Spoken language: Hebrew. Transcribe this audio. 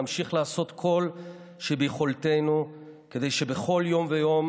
נמשיך לעשות כל שביכולתנו כדי שבכל יום ויום